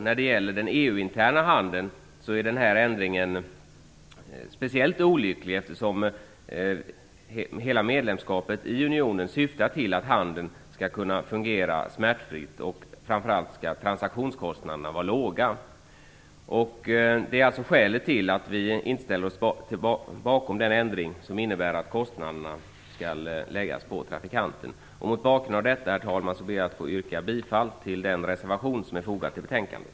När det gäller den EU-interna handeln är denna ändring speciellt olycklig, eftersom medlemskapet i unionen syftar till att handeln skall kunna fungera smärtfritt. Framför allt skall transaktionskostnaderna vara låga. Det är alltså skälet till att vi inte ställt oss bakom den ändring som innebär att kostnaderna läggs på trafikanterna. Mot bakgrund av detta ber jag, herr talman, att få yrka bifall till den reservation som är fogad till betänkandet.